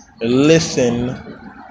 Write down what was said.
listen